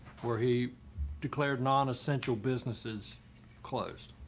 where he declared non essential businesses closed.